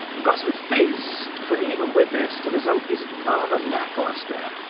we've got some fizz. but even with this, the result is rather lack-lustre.